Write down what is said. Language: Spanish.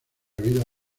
vida